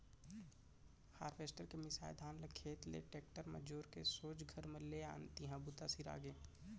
harvester के मिंसाए धान ल खेत ले टेक्टर म जोर के सोझ घर म ले आन तिहॉं बूता सिरागे